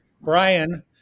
Brian